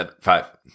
Five